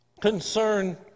concern